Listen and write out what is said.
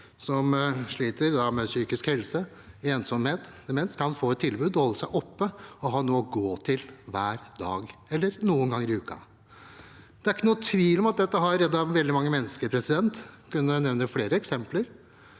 som sliter med psykisk helse, ensomhet eller demens, kan få et tilbud, holde seg oppe og ha noe å gå til – hver dag eller noen ganger i uken. Det er ikke noen tvil om at dette har reddet veldig mange mennesker. Jeg kunne nevnt flere eksempler.